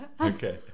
Okay